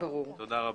תודה רבה.